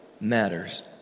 matters